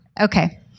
Okay